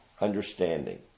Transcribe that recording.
understanding